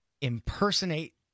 impersonate